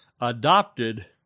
adopted